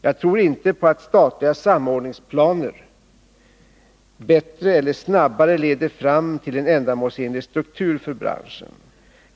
Jag tror inte på att statliga samordningsplaner bättre eller snabbare leder fram till en ändamålsenlig struktur för branschen.